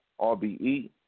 RBE